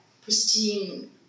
pristine